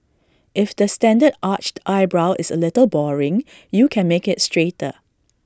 if the standard arched eyebrow is A little boring you can make IT straighter